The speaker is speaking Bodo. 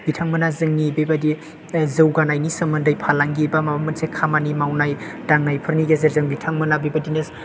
बिथांमोना जोंनि बेबायदि जौगानायनि सोमोन्दै फालांगि बा माबा मोनसे खामानि मावनाय दांनायफोरनि गेजेरजों बिथांमोना बेबायदिनो